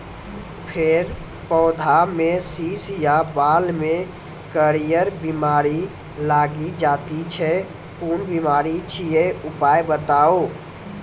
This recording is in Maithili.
फेर पौधामें शीश या बाल मे करियर बिमारी लागि जाति छै कून बिमारी छियै, उपाय बताऊ?